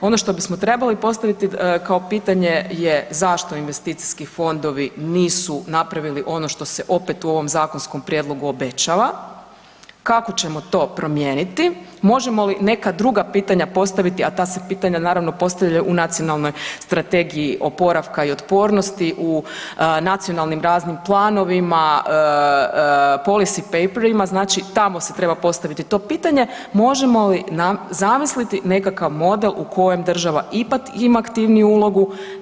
Ono što bismo trebali postaviti kao pitanje je zašto investicijski fondovi nisu napravili ono što se opet u ovom zakonskom prijedlogu obećava, kako ćemo to promijeniti, možemo li neka druga pitanja postaviti, a ta se pitanja naravno postavljaju u Nacionalnoj strategiji oporavka i otpornosti u nacionalnim raznim planovima, policy papirima, znači tamo se treba postaviti to pitanje, možemo li zamisliti nekakav model u kojem država ipak ima aktivniju ulogu.